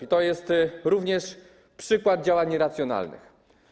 I to jest również przykład działań irracjonalnych.